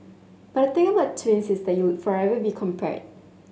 but the thing about twins is that you'll forever be compared